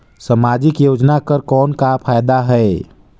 समाजिक योजना कर कौन का फायदा है?